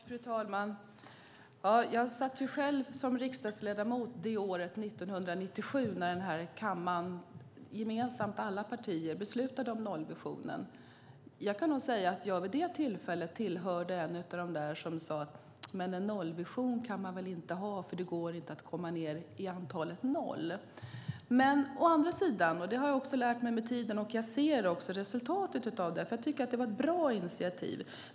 Fru talman! Jag satt själv som riksdagsledamot år 1997, det år som kammaren gemensamt, alla partier, beslutade om nollvisionen. Jag kan nog säga att jag vid det tillfället tillhörde dem som sade: En nollvision kan man väl inte ha, för det går inte att komma ned i antalet noll. Jag har lärt mig med tiden och ser också resultatet av det. Det var ett bra initiativ.